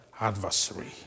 adversary